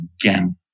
again